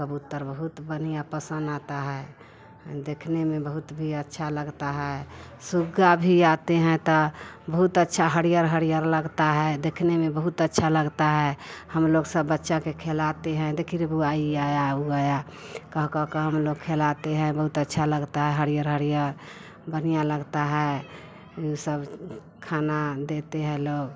कबूतर बहुत बढ़िया पसंद आता है देखने में बहुत भी अच्छा लगता है सुगा भी आते हैं त बहुत अच्छा हरियर हरियर लगता है देखने में बहुत अच्छा लगता है हम लोग सब बच्चा के खिलाते हैं देख रे बुआ इ आया वो आया कह कह कह हम लोग खिलाते हैं बहुत अच्छा लगता है हरियर हरियर बढ़िया लगता है सब खाना देते हैं लोग